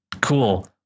cool